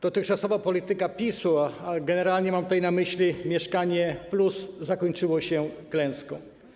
Dotychczasowa polityka PiS-u, generalnie mam na myśli „Mieszkanie+”, zakończyła się klęską.